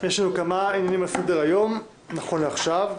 יש לנו כמה עניינים על סדר-היום נכון לעכשיו.